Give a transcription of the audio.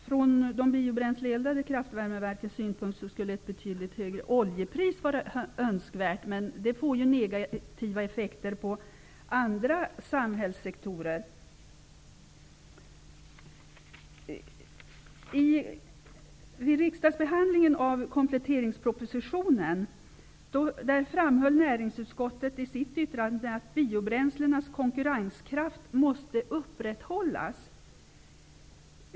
Från de biobränsleeldade kraftvärmeverkens synpunkt skulle ett betydligt högre oljepris vara önskvärt, men det får negativa effekter på andra samhällssektorer. Vid riksdagsbehandlingen av kompletteringspropositionen framhöll näringsutskottet i sitt yttrande att biobränslenas konkurrenskraft måste upprätthållas.